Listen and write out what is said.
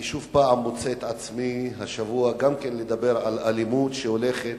אני שוב מוצא את עצמי השבוע מדבר על האלימות שהולכת